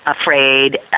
afraid